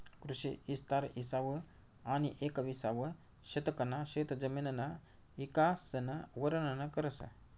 कृषी इस्तार इसावं आनी येकविसावं शतकना शेतजमिनना इकासन वरनन करस